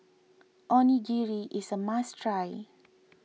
Onigiri is a must try